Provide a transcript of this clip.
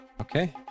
Okay